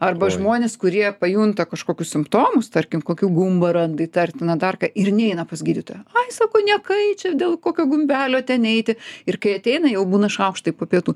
arba žmonės kurie pajunta kažkokius simptomus tarkim kokį gumbą randa įtartiną dar ką ir neina pas gydytoją sako niekai čia dėl kokio gumbelio ten eiti ir kai ateina jau būna šaukštai po pietų